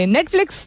Netflix